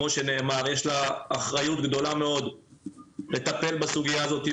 כמו שנאמר יש לה אחריות גדולה מאוד לטפל בסוגייה הזאת,